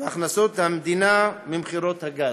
ויגדלו הכנסות המדינה ממכירת גז.